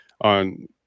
on